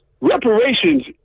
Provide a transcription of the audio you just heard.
Reparations